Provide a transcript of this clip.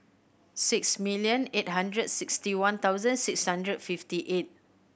six million eight hundred sixty one thousand six hundred fifty eight